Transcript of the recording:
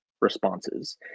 responses